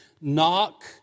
knock